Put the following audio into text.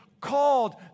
called